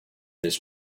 this